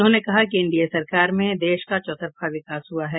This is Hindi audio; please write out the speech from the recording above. उन्होंने कहा कि एनडीए सरकार में देश का चौतरफा विकास हुआ है